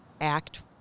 act